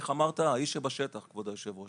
כמו שאמר, כבוד היושב-ראש.